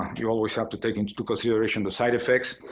you always have to take into consideration the side effects.